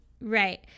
Right